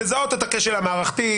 לזהות את הכשל המערכתי,